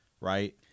right